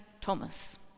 Thomas